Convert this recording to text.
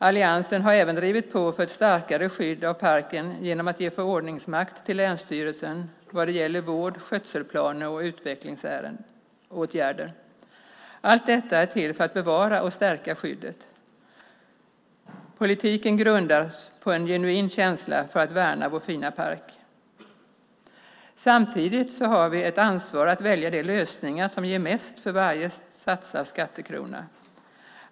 Alliansen har även drivit på för ett starkare skydd av parken genom att ge förordningsmakt till länsstyrelsen vad gäller vård, skötselplaner och utvecklingsåtgärder. Allt detta är till för att bevara och stärka skyddet. Politiken grundas på en genuin känsla för att värna vår fina park. Samtidigt har vi ett ansvar att välja de lösningar som ger mest för varje satsad skattekrona.